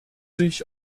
sich